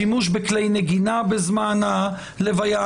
שימוש בכלי נגינה בזמן הלוויה.